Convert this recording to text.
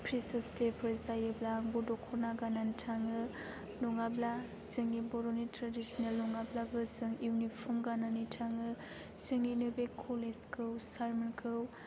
freshers डेफोर जायोब्ला आंबो दखना गाननानै थाङो नङाब्ला जोंनि बर'नि ट्रेडिसनेल नङाब्लाबो जों इउनिफर्म गाननानै थाङो जोंनिनो बे कलेजखौ सारमोनखौ